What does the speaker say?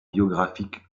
biographique